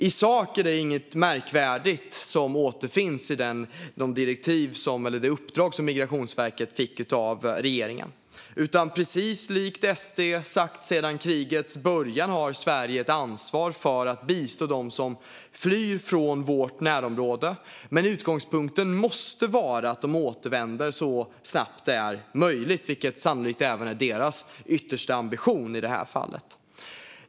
I sak återfinns inget märkvärdigt i det uppdrag Migrationsverket fick av regeringen, och precis likt det SD sagt sedan krigets början har Sverige ett ansvar för att bistå dem som flyr från vårt närområde. Utgångspunkten måste dock vara att de återvänder så fort det är möjligt, vilket i detta fall sannolikt även är deras yttersta ambition.